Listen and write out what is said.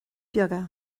beaga